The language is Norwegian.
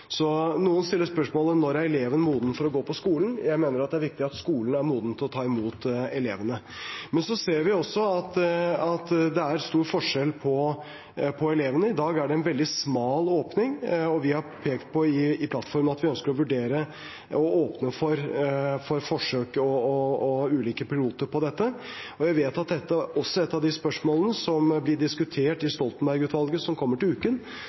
så ser vi også at det er stor forskjell på elevene. I dag er det en veldig smal åpning, og vi har pekt på i plattformen at vi ønsker å vurdere å åpne for forsøk og ulike piloter på dette. Jeg vet at dette også er et av de spørsmålene som ble diskutert i Stoltenberg-utvalget. Rapporten kommer til uken,